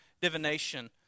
divination